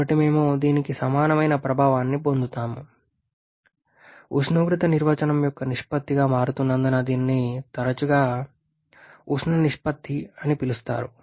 కాబట్టి మేము దీనికి సమానమైన ప్రభావాన్ని పొందుతాము ఉష్ణోగ్రత నిర్వచనం యొక్క నిష్పత్తిగా మారుతున్నందున దీనిని తరచుగా ఉష్ణ నిష్పత్తి అని పిలుస్తారు